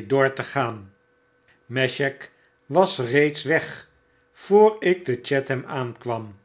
door te mesheck was reeds weg voor ik te chatham aankwam